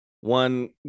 One